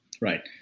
right